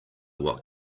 what